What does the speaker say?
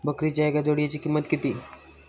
बकरीच्या एका जोडयेची किंमत किती?